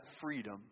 freedom